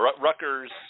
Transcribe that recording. Rutgers